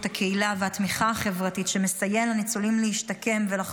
הקהילה והתמיכה החברתית כדי לסייע לניצולים להשתקם ולחזור